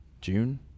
June